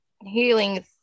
healing